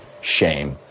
Shame